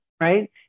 right